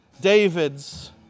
David's